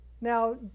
Now